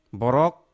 borok